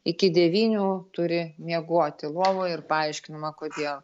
iki devynių turi miegoti lovoj ir paaiškinama kodėl